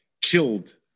killed